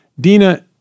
Dina